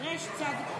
לחלופין רצה לא נתקבלה.